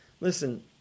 Listen